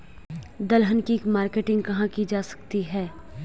दलहन की मार्केटिंग कहाँ की जा सकती है?